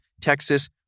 Texas